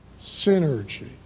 synergy